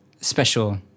special